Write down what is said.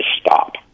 stop